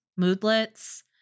moodlets